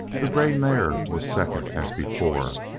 the grey mare was second, as before,